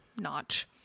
notch